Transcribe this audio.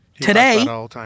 Today